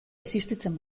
existitzen